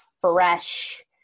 fresh